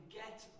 get